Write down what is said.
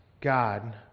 god